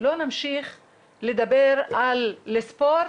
לא נמשיך לדבר על לספור